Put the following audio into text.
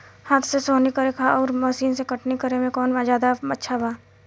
हाथ से सोहनी करे आउर मशीन से कटनी करे मे कौन जादे अच्छा बा?